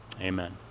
amen